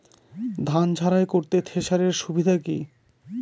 ধান ঝারাই করতে থেসারের সুবিধা কি কি?